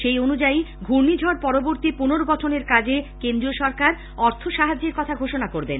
সেই অনুযায়ী ঘূর্ণিঝড় পরবর্তী পুনর্গঠন কাজে কেন্দ্রীয় সরকার অর্থ সাহায্যের কথা ঘোষণা করবেন